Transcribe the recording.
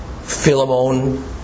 Philemon